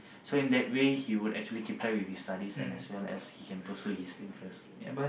so in that way he would be actually keep track with his studies and as well as he can pursue his interest ya